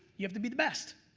you have to be the best